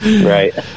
Right